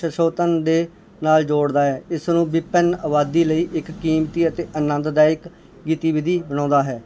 ਸੰਸ਼ੋਧਨ ਦੇ ਨਾਲ ਜੋੜਦਾ ਹੈ ਇਸ ਨੂੰ ਵਿਭਿੰਨ ਆਬਾਦੀ ਲਈ ਇੱਕ ਕੀਮਤੀ ਅਤੇ ਆਨੰਦ ਦਾਇਕ ਗਤੀਵਿਧੀ ਬਣਾਉਂਦਾ ਹੈ